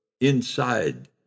inside